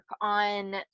on